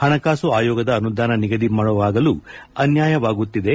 ಪಣಕಾಸು ಆಯೋಗದ ಅನುದಾನ ನಿಗದಿ ಮಾಡುವಾಗಲು ಅನ್ಕಾಯವಾಗುತ್ತಿದೆ